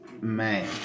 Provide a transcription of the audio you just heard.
man